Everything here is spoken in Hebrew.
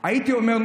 הייתי אומר,